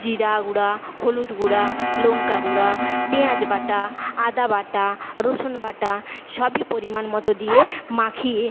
জিরা গুঁড়ো হলুদ গুঁড়ো লঙ্কা গুঁড়ো পেঁয়াজ বাটা আদা বাটা রসুন বাটা সবই পরিমাণ মতো দিয়ে মাখিয়ে